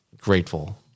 grateful